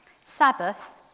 Sabbath